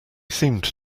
seemed